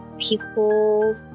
people